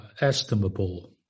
estimable